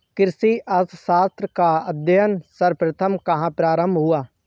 कृषि अर्थशास्त्र का अध्ययन सर्वप्रथम कहां प्रारंभ हुआ?